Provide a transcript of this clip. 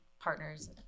partners